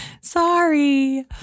Sorry